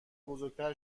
بزرگتر